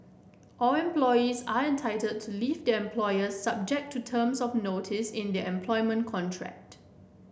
all employees are entitled to leave their employer subject to terms of notice in their employment contract